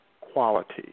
quality